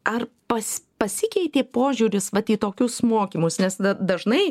ar pas pasikeitė požiūris vat į tokius mokymus nes dažnai